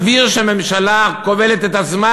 סביר שממשלה כובלת את עצמה,